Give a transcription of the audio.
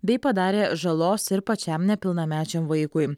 bei padarė žalos ir pačiam nepilnamečiam vaikui